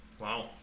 Wow